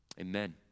Amen